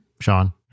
Sean